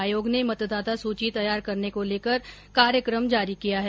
आयोग ने मतदाता सूची तैयार करने को लेकर कार्यक्रम जारी किया हैं